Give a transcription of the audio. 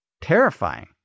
terrifying